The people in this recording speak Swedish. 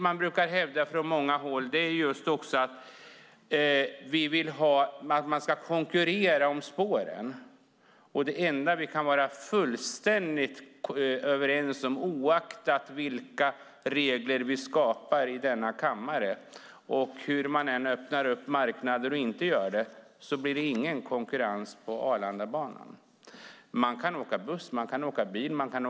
Man brukar från många håll hävda att man ska konkurrera om spåren. Det enda vi kan vara fullständigt överens om är att det inte blir någon konkurrens på Arlandabanan, oavsett vilka regler vi skapar i denna kammare och oavsett om man öppnar marknader eller inte. Man kan åka buss, egen bil eller taxi.